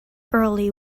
early